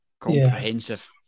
comprehensive